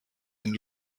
den